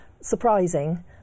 surprising